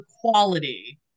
quality